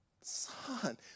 Son